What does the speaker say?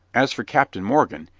as for captain morgan,